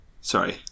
Sorry